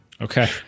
Okay